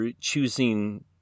choosing